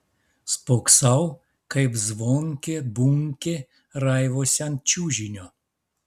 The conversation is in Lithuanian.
spoksau kaip zvonkė bunkė raivosi ant čiužinio